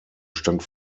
stand